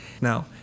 Now